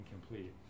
incomplete